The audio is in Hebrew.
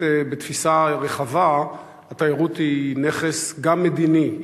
בתפיסה רחבה התיירות היא נכס גם מדיני,